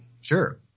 Sure